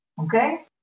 okay